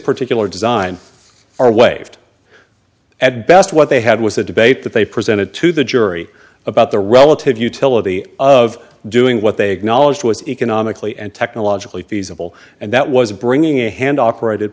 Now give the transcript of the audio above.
particular design are way at best what they had was a debate that they presented to the jury about the relative utility of doing what they acknowledged was economically and technologically feasible and that was bringing a hand operated